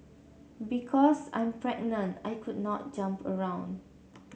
because I'm pregnant I could not jump around